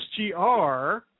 SGR